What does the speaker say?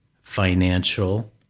Financial